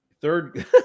third